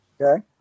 Okay